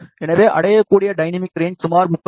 எனவே அடையக்கூடிய dynamic range சுமார் 30 டி